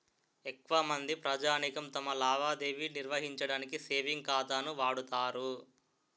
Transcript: ఎక్కువమంది ప్రజానీకం తమ లావాదేవీ నిర్వహించడానికి సేవింగ్ ఖాతాను వాడుతారు